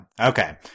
okay